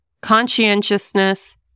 conscientiousness